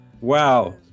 wow